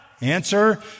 Answer